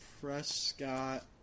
Prescott